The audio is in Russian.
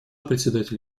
председатель